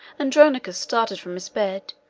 andronicus started from his bed,